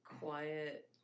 quiet